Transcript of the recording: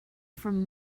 from